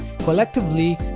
Collectively